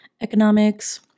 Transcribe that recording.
economics